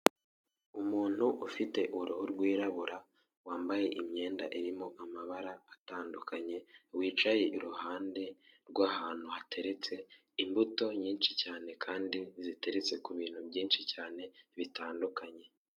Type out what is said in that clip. Umuntu ufite uruhu rwirabura wambaye imyenda irimo amabara atandukanye, wicaye iruhande rw'ahantu hateretse imbuto nyinshi cyane kandi ziteretse ku bintu byinshi cyane bitandukanye.